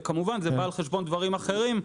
וכמובן זה בא על חשבון דברים אחרים,